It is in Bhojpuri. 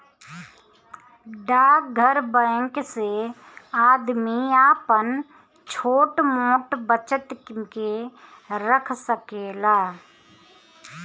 डाकघर बैंक से आदमी आपन छोट मोट बचत के रख सकेला